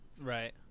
Right